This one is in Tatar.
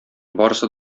барысы